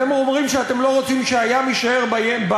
אתם אומרים שאתם לא רוצים שהגז יישאר בים?